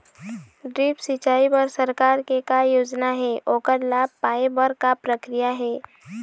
Drip सिचाई बर सरकार के का योजना हे ओकर लाभ पाय बर का प्रक्रिया हे?